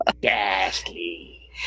Ghastly